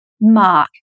Mark